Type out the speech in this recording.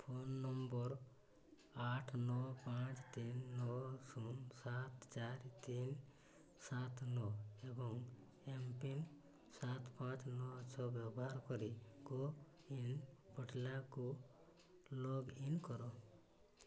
phone number ଆଠ ନଅ ପାଞ୍ଚ ତିନି ନଅ ଶୂନ ସାତ ଚାରି ତିନି ସାତ ନଅ ଏବଂ ଏମ୍ପିନ୍ ସାତ ପାଞ୍ଚ ନଅ ଛଅ ବ୍ୟବହାର କରି କୋୱିନ୍ ପୋର୍ଟାଲକୁ ଲଗ୍ଇନ୍ କର